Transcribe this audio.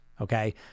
Okay